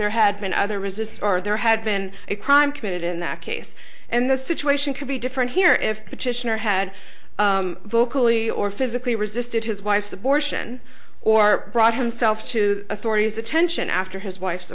there had been other resists are there had been a crime committed in that case and the situation could be different here if the petitioner had vocally or physically resisted his wife's abortion or brought himself to authorities attention after his wife's